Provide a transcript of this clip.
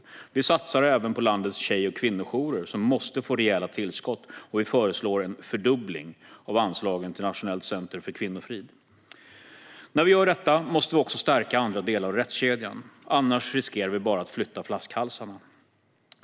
Vi satsar även på landets tjej och kvinnojourer som måste få rejäla tillskott, och vi föreslår en fördubbling av anslagen till Nationellt centrum för kvinnofrid. När vi gör detta måste vi också stärka andra delar av rättskedjan, annars riskerar vi bara att flytta flaskhalsarna.